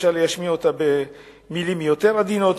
אפשר להשמיע אותה במלים יותר עדינות,